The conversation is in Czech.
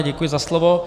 Děkuji za slovo.